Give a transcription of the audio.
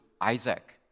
Isaac